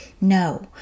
No